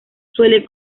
suele